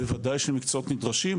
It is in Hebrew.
בוודאי שמקצועות נדרשים,